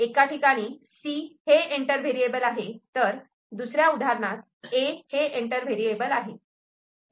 एका ठिकाणी C हे एंटर व्हेरिएबल आहे तर दुसऱ्या उदाहरणात A हे एंटर व्हेरिएबल आहे